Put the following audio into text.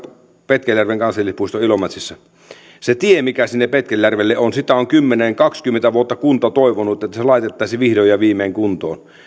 petkeljärven kansallispuiston ilomantsissa siitä tiestä mikä sinne petkeljärvelle on on kymmenen viiva kaksikymmentä vuotta kunta toivonut että se laitettaisiin vihdoin ja viimein kuntoon